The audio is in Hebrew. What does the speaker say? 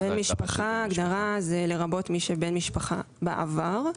בן משפחה הגדרה זה לרבות מי שבן משפחה בעבר,